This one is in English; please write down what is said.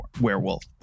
werewolf